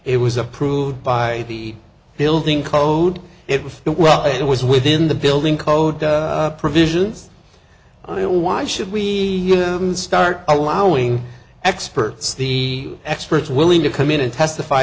it was approved by the building code it was the well it was within the building code provisions on it why should we start allowing experts the experts willing to come in and testify